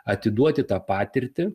atiduoti tą patirtį